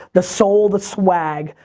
the soul, the swag,